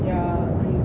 yeah